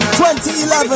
2011